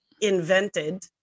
invented